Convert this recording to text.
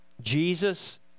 jesus